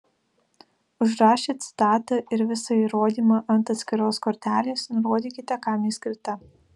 užrašę citatą ir visą įrodymą ant atskiros kortelės nurodykite kam ji skirta